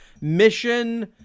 mission